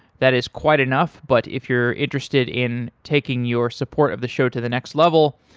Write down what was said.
that is quite enough, but if you're interested in taking your support of the show to the next level,